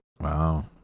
wow